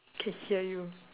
can hear you